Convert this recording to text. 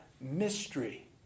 mystery